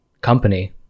company